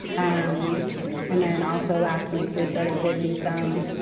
um and then also last week, we sort of did do some,